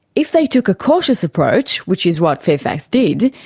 if they took a cautious approach, which is what fairfax did,